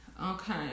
Okay